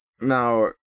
now